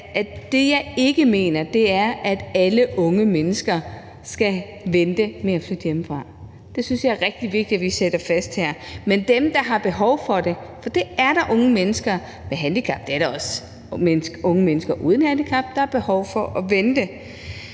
at det, jeg ikke mener, er, at alle unge mennesker skal vente med at flytte hjemmefra. Det synes jeg er rigtig vigtigt vi slår fast her. Men dem, der har behov for det, og det er der unge mennesker med handicap – det er der også unge mennesker uden handicap, der har – der har behov